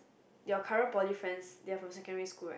your current poly friends they are from secondary school right